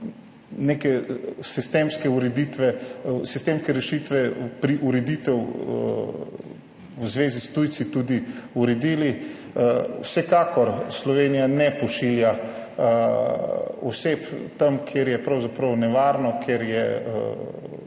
neke sistemske rešitve ureditev v zvezi s tujci tudi uredili. Vsekakor Slovenija ne pošilja oseb tja, kjer je pravzaprav nevarno, ker